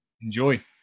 Enjoy